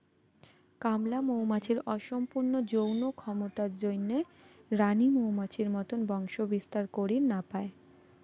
কামলা মৌমাছির অসম্পূর্ণ যৌন ক্ষমতার জইন্যে রাণী মৌমাছির মতন বংশবিস্তার করির না পায়